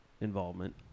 involvement